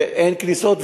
ואין כניסות.